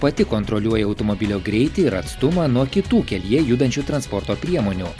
pati kontroliuoja automobilio greitį ir atstumą nuo kitų kelyje judančių transporto priemonių